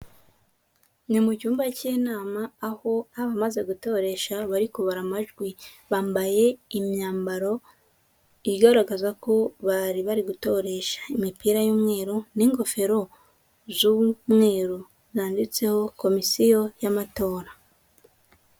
Ni mu cyumba cy'inama, aho abamaze gutoresha bari kubara amajwi, bambaye imyambaro igaragaza ko bari bari gutoresha, imipira y'umweru n'igofero z'umweru, zanditseho komisiyo y'amatora.